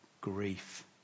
grief